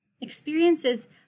Experiences